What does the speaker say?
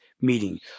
meeting